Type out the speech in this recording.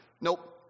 Nope